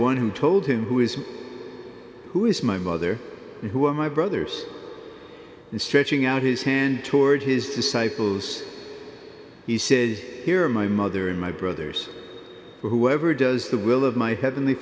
one who told him who is who is my mother and who are my brothers and stretching out his hand toward his disciples he said here my mother and my brothers whoever does the will of my heavenly